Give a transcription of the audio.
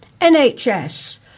NHS